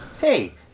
Hey